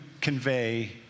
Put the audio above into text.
convey